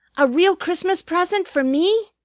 a real christmas present for me?